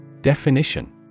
Definition